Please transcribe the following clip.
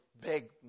big